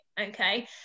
okay